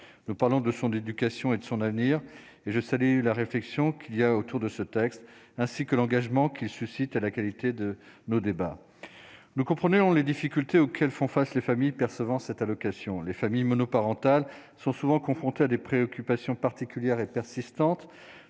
nous parlons de son, d'éducation et de son avenir et je salue la réflexion qu'il y a autour de ce texte, ainsi que l'engagement qui suscite à la qualité de nos débats, nous comprenons les difficultés auxquelles font face les familles percevant cette allocation, les familles monoparentales sont souvent confrontés à des préoccupations particulières et persistante,